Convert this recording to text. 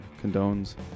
Condones